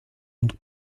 und